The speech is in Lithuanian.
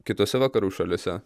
kitose vakarų šalyse